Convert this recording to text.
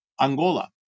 Angola